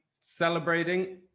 celebrating